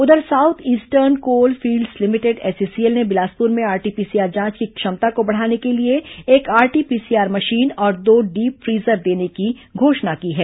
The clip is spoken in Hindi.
उधर south eastern coal fields limited SECL ने बिलासपुर में आरटी पीसीआर जांच की क्षमता को बढ़ाने के लिए एक आरटी पीसीआर मशीन और दो डीपफीजर देने की घोषणा की है